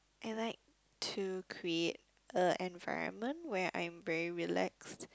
I like to create a environment where I'm very relaxed